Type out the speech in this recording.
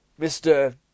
Mr